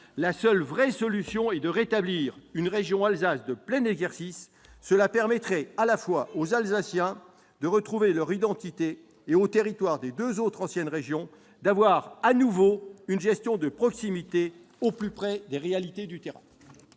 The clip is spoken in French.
la seule vraie solution est de rétablir une région Alsace de plein exercice. Cela permettrait à la fois aux Alsaciens de retrouver leur identité et aux territoires des deux autres anciennes régions d'avoir de nouveau une gestion de proximité au plus près des réalités du terrain.